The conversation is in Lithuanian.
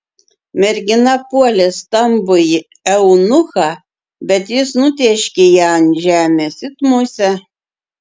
mergina puolė stambųjį eunuchą bet jis nutėškė ją ant žemės it musę